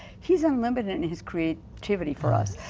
he is unlimited in his creativity for us.